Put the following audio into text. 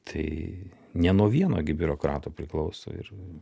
tai ne nuo vieno gi biurokrato priklauso ir